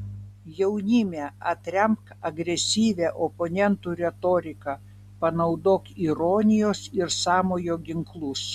jaunime atremk agresyvią oponentų retoriką panaudok ironijos ir sąmojo ginklus